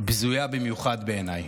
בזויה במיוחד בעיניי,